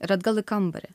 ir atgal į kambarį